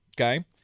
Okay